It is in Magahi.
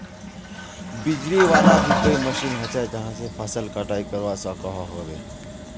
बिजली वाला भी कोई मशीन होचे जहा से फसल कटाई करवा सकोहो होबे?